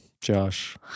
Josh